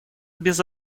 без